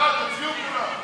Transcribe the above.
בעד, תצביעו כולם.